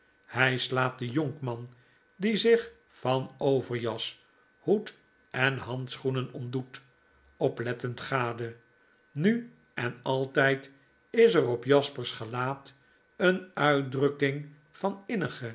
hy slaat den jonkman die zich van overjas hoed en handschoenen ontdoet oplettend gade nu en altijd is er op jasper's gelaat een uitdrukking van